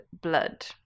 blood